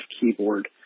keyboard